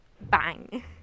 Bang